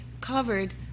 covered